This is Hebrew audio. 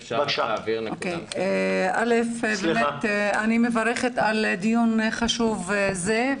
אני מברכת על הדיון החשוב הזה.